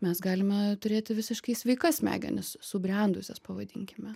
mes galime turėti visiškai sveikas smegenis subrendusias pavadinkime